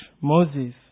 Moses